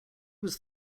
was